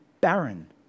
barren